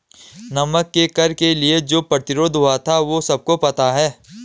नमक के कर के लिए जो प्रतिरोध हुआ था वो सबको पता है